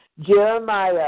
Jeremiah